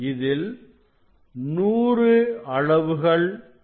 இதில் 100 அளவுகள் உள்ளன